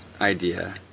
idea